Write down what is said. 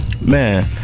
Man